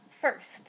first